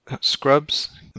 scrubs